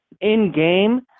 In-game